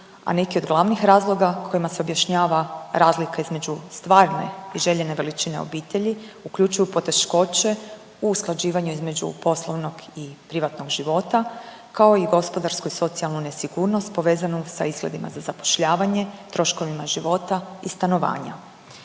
a neki od glavnih razloga kojima se objašnjava razlika između stvarne i željene veličine obitelji uključuju poteškoće u usklađivanju između poslovnog i privatnog života kao i gospodarsku i socijalnu nesigurnost povezanu sa izgledima za zapošljavanje, troškovima života i stanovanja.